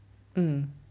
mm